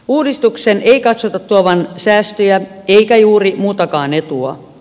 uudistuksen ei katsota tuovan säästöjä eikä juuri muutakaan etua